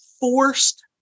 forced